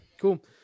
cool